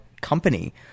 company